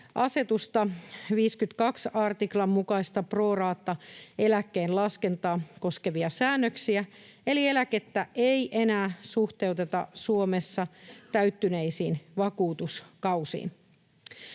asetuksen 52 artiklan mukaista pro rata ‑eläkkeen laskentaa koskevia säännöksiä. Eli eläkettä ei enää suhteuteta Suomessa täyttyneisiin vakuutuskausiin.